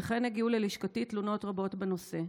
וכן הגיעו ללשכתי תלונות רבות בנושא.